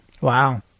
wow